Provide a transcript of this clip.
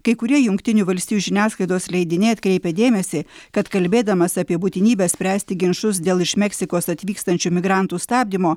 kai kurie jungtinių valstijų žiniasklaidos leidiniai atkreipė dėmesį kad kalbėdamas apie būtinybę spręsti ginčus dėl iš meksikos atvykstančių migrantų stabdymo